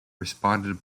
responded